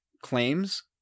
claims